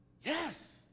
Yes